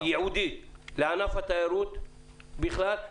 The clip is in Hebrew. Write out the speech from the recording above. ייעודית לענף התיירות בכלל,